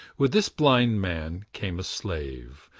with this blind man came a slave,